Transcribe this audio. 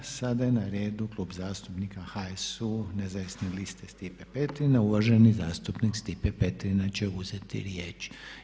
Sada je na redu Klub zastupnika HSU-Nezavisne liste Stipe Petrina i uvaženi zastupnik Stipe Petrina će uzeti riječ.